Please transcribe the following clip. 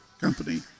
company